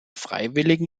freiwilligen